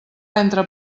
entra